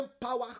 power